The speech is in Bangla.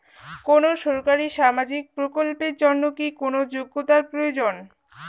কোনো সরকারি সামাজিক প্রকল্পের জন্য কি কোনো যোগ্যতার প্রয়োজন?